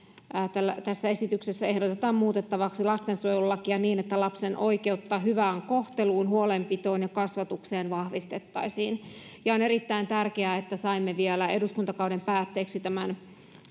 tässä esityksessä ehdotetaan muutettavaksi lastensuojelulakia niin että lapsen oikeutta hyvään kohteluun huolenpitoon ja kasvatukseen vahvistettaisiin on erittäin tärkeää että saimme vielä eduskuntakauden päätteeksi tämän